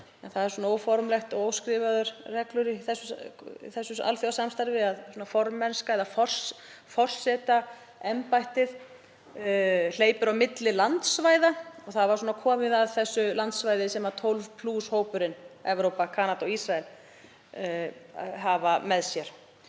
Það eru svona óformlegar og óskrifaðar reglur í þessu alþjóðasamstarfi að forsetaembættið hleypur á milli landsvæða og það var komið að þessu landsvæði sem tólf plús hópurinn, Evrópa Kanada og Ísrael, hafa með sér.